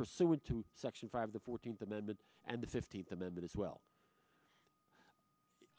pursuant to section five the fourteenth amendment and the fifteenth amendment as well